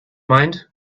mind